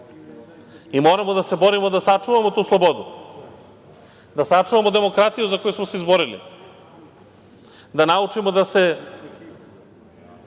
i moramo da se borimo da sačuvamo tu slobodu, da sačuvamo demokratiju za koju smo se izborili, da naučimo da se